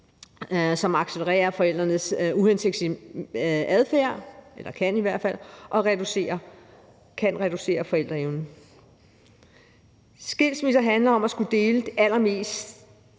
som accelererer forældrenes uhensigtsmæssige adfærd – eller det kan den i hvert fald – og som kan reducere forældreevnen. Skilsmisser handler om at skulle dele det allermest